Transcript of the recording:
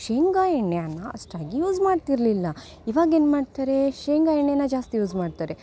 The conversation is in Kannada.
ಶೇಂಗಾ ಎಣ್ಣೆಯನ್ನು ಅಷ್ಟಾಗಿ ಯೂಸ್ ಮಾಡ್ತಿರಲಿಲ್ಲ ಇವಾಗೇನು ಮಾಡ್ತಾರೆ ಶೇಂಗಾ ಎಣ್ಣೆನ ಜಾಸ್ತಿ ಯೂಸ್ ಮಾಡ್ತಾರೆ